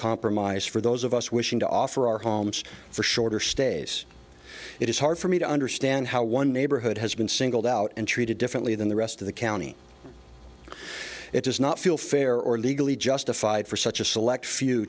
compromise for those of us wishing to offer our homes for shorter stays it is hard for me to understand how one neighborhood has been singled out and treated differently than the rest of the county it does not feel fair or legally justified for such a select few